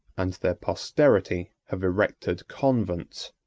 and their posterity have erected convents.